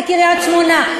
לקריית-שמונה.